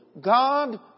God